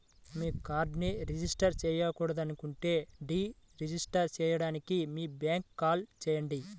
మీ కార్డ్ను రిజిస్టర్ చేయకూడదనుకుంటే deregister చేయడానికి మీ బ్యాంక్కు కాల్ చేయండి